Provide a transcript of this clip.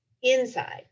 inside